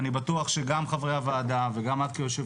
אני בטוח שגם חברי הוועדה וגם את כיושבת